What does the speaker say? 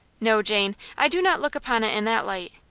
no, jane, i do not look upon it in that light.